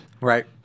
right